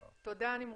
תודה, נמרוד.